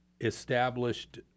established